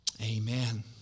Amen